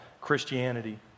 Christianity